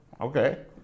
okay